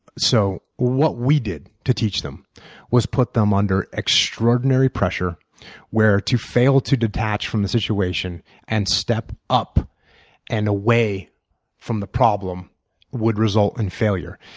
so what we did to teach them was put them under extraordinary pressure where to fail to detach from the situation and step up and away from the problem would result in failure.